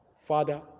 Father